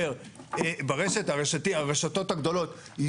מה אתה חושב על ההצעה של מירב